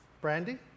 Brandy